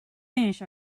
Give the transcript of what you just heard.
finish